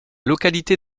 localité